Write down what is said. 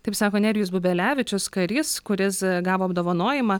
taip sako nerijus bubelevičius karys kuris gavo apdovanojimą